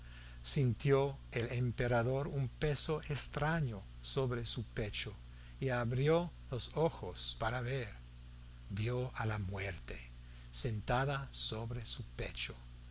sintió el emperador un peso extraño sobre su pecho y abrió los ojos para ver vio a la muerte sentada sobre su pecho